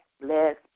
bless